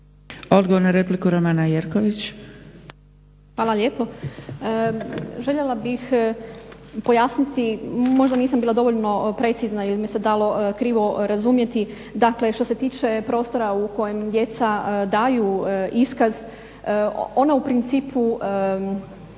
Jerković. **Jerković, Romana (SDP)** Hvala lijepo. Željela bih pojasniti možda nisam bila dovoljno precizna ili me se dalo krivo razumjeti, dakle što se tiče prostora u kojem djeca daju iskaz ono u principu